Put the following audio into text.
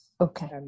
Okay